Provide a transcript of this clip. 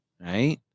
right